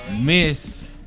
Miss